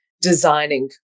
designing